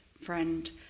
friend